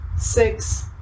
six